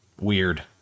weird